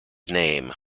name